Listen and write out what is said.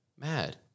Mad